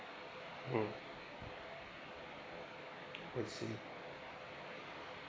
mm I see